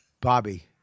Bobby